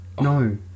No